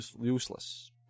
useless